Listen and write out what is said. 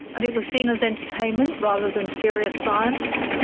and it was seen as entertainment rather than serious science?